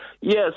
Yes